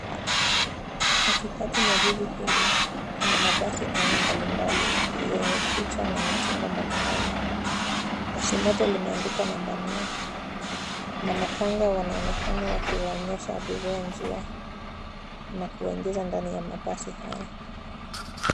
Katikati mwa jiji hili, kuna mabasi aina mbalimbali yenye picha na mitindo mbalimbali. Basi moja limeandikwa namba 4 na makanga wanaonekana wakiwaonyesha abiria njia na kuwaingiza ndani ya mabasi haya.